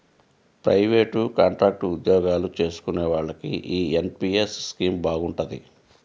private, contract ఉద్యోగాలు చేసుకునే వాళ్లకి యీ ఎన్.పి.యస్ స్కీమ్ బాగుంటది